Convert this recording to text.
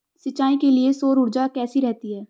सिंचाई के लिए सौर ऊर्जा कैसी रहती है?